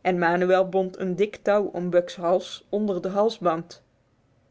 en manuel bond een dik touw om buck's hals onder de halsband